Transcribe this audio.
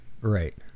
Right